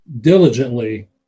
diligently